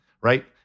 right